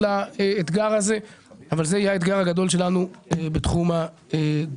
לאתגר הזה - זה יהיה האתגר הגדול שלנו בתחום הדיור.